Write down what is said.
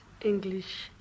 English